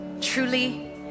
truly